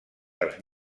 dels